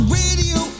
radio